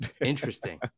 Interesting